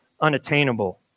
unattainable